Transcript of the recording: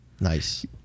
Nice